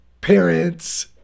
Parents